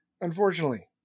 unfortunately